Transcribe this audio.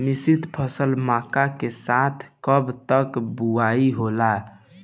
मिश्रित फसल मक्का के साथ कब तक बुआई होला?